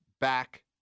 back